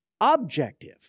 objective